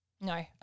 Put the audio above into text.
No